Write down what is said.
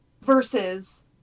versus